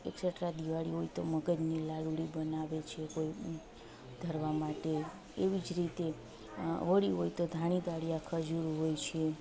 et cetera Diwali હોય તો મગજની લાડુળી બનાવે છે કોઈ ધરવા માટે એવી જ રીતે હોળી હોય તો ધાણી દાળિયા ખજૂર હોય છે